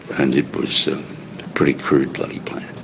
and it was a pretty crude bloody plant.